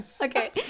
okay